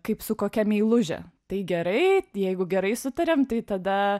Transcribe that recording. kaip su kokia meiluže tai gerai jeigu gerai sutariam tai tada